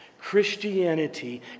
Christianity